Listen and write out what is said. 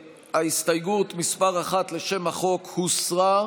ההסתייגות מס' 1 לשם החוק הוסרה.